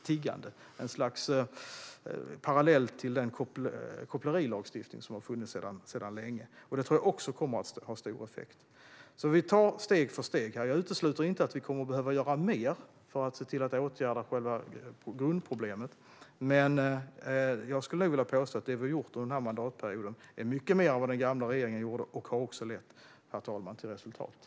Det är ett slags parallell till den kopplerilagstiftning som har funnits sedan länge. Jag tror att det också kommer att få stor effekt. Vi tar det alltså steg för steg. Jag utesluter inte att vi kommer att behöva göra mer för att åtgärda själva grundproblemet. Men det vi har gjort under den här mandatperioden är mycket mer än den gamla regeringen gjorde. Det har också gett resultat, herr talman.